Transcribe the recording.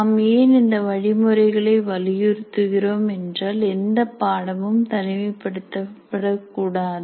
நாம் ஏன் இந்த வழிமுறைகளை வலியுறுத்துகிறோம் என்றால் எந்தப் பாடமும் தனிமை படுத்த படகூடாது